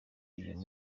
uyu